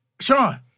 Sean